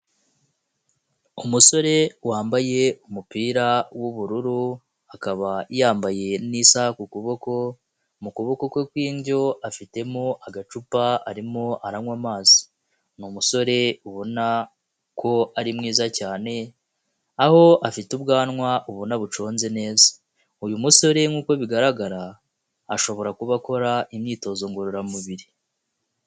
Umusore wambaye umupira w'ubururu akaba yambaye n'isaha ku kuboko, mu kuboko kwe kw'indyo afitemo agacupa arimo aranywa amazi. Ni umusore ubona ko ari mwiza cyane aho afite ubwanwa abona buconze neza, uyu musore nk'uko bigaragara ashobora kuba akora imyitozo ngororamubiri.